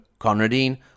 Conradine